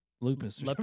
lupus